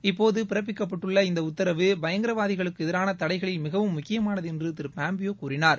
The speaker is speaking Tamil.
இப்போது பிறப்பிக்கப்பட்டுள்ள இந்த உத்தரவு பயங்கரவாதிகளுக்கு எதிரான தடைகளில் மிகவும் முக்கியமானது என்று திரு பாம்பியோ கூறினார்